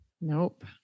Nope